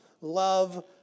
love